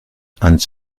ans